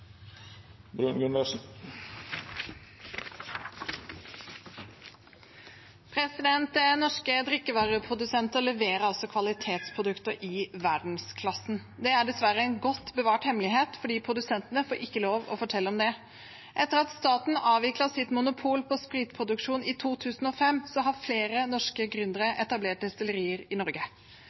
av 2018. Norske drikkevareprodusenter leverer kvalitetsprodukter i verdensklassen. Det er dessverre en godt bevart hemmelighet, for produsentene får ikke lov å fortelle om det. Etter at staten avviklet sitt monopol på spritproduksjon i 2005, har flere norske gründere etablert destillerier i